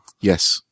Yes